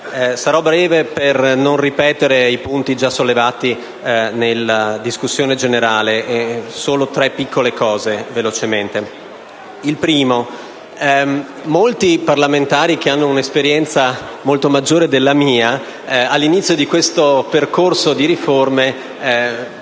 Sarò breve, per non ripetere i punti già sollevati in discussione generale. Pongo tre piccole questioni. La prima: molti parlamentari che hanno un'esperienza molto maggiore della mia all'inizio di questo percorso di riforme,